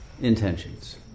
intentions